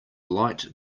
light